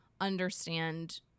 understand